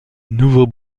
nouveau